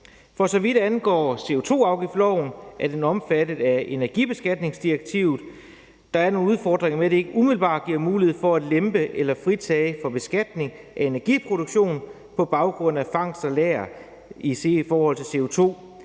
For så vidt angår CO2-afgiftsloven er den omfattet af energibeskatningsdirektivet. Der er nogle udfordringer med, er det ikke umiddelbart giver mulighed for at lempe eller fritage for beskatning af energiproduktion på baggrund af fangst og lagring af CO2,